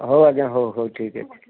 ହଉ ଆଜ୍ଞା ହଉ ହଉ ଠିକ୍ ଅଛି